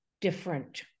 different